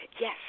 Yes